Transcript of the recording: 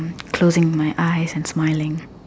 closing my eyes and smiling